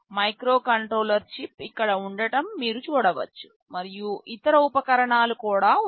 microcontroller chip ఇక్కడ ఉండటం మీరు చూడవచ్చు మరియు ఇతర ఉపకరణాలు కూడా ఉన్నాయి